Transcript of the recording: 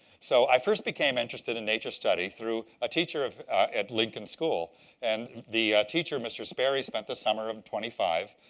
so i first became interested in nature study through a teacher at lincoln school and the teacher, mr. sperry, spent the summer of twenty five,